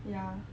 ya